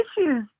issues